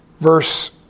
Verse